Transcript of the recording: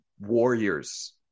warriors